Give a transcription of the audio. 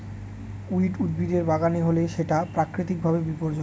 weed উদ্ভিদের বাগানে হলে সেটা প্রাকৃতিক ভাবে বিপর্যয়